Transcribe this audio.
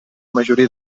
majoria